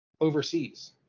overseas